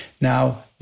Now